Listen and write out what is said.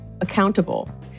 accountable